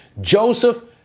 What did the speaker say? Joseph